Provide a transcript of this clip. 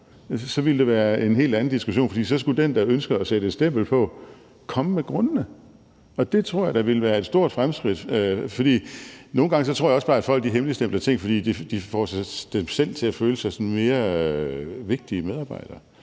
så ville det være en helt anden diskussion, for så skulle den, der ønskede at sætte et stempel på, komme med grundene. Det tror jeg da ville være et stort fremskridt, for nogle gange tror jeg også bare, at folk hemmeligstempler ting, fordi det får dem selv til at føle sig som mere vigtige medarbejdere.